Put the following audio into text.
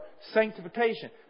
sanctification